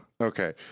Okay